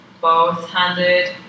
both-handed